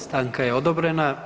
Stanka je odobrena.